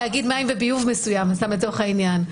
תאגיד מים וביוב מסוים סתם לצורך העניין,